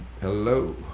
Hello